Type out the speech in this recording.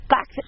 Back